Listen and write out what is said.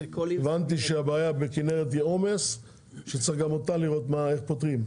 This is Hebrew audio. הבנתי שהבעיה בכנרת היא עומס שצריך גם אותה לראות איך פותרים,